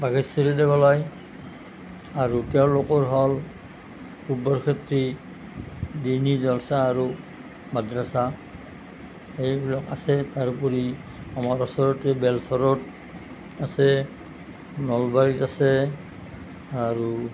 বাঘেশ্বৰী দেৱালয় আৰু তেওঁলোকৰ হ'ল বৰক্ষেত্ৰী জলছা আৰু মাদ্ৰাছা এইবিলাক আছে তাৰোপৰি আমাৰ ওচৰতে বেলসৰত আছে নলবাৰীত আছে আৰু